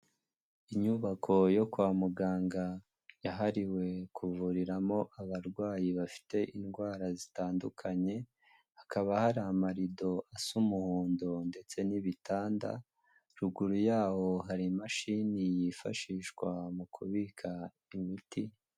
Inyubako yo kwa muganga yahariwe kuvuriramo abarwayi bafite indwara zitandukanye, hakaba hari amarido asa umuhondo ndetse n'ibitanda, ruguru yaho hari imashini yifashishwa mu kubika imiti.